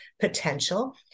potential